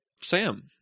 Sam